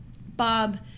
Bob